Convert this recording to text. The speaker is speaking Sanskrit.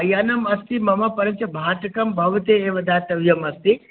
यानम् अस्ति मम परिचय बाटकं भवते एव दातव्यमस्ति